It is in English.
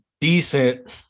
decent